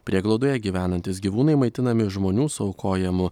prieglaudoje gyvenantys gyvūnai maitinami žmonių suaukojamų